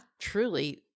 truly